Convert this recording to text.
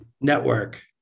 Network